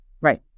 Right